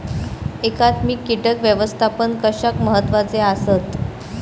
एकात्मिक कीटक व्यवस्थापन कशाक महत्वाचे आसत?